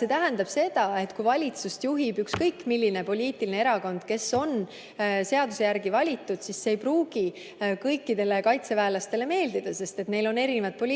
See tähendab seda, et kui valitsust juhib ükskõik milline poliitiline erakond, kes on seaduse järgi valitud, siis see ei pruugi kõikidele kaitseväelastele meeldida, sest neil on erinevad poliitilised